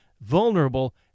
vulnerable